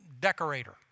decorator